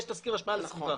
יש תסקיר השפעה על הסביבה.